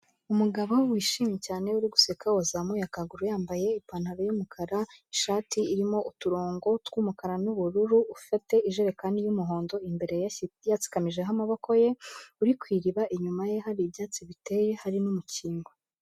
Umugabo wishimye cyane, uri guseka, wazamuye akaguru, yambaye ipantaro y'umukara, ishati, irimo uturongo, tw'umukara n'ubururu, ufite ijerekani y'umuhondo, imbere yatsikamijeho amaboko ye, uri ku iriba, inyuma ye hari ibyatsi biteye, hari n'umukingo.